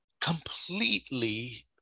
completely